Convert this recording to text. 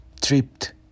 tripped